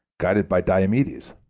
guided by diomedes.